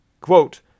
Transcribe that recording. Quote